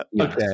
Okay